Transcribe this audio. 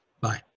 bye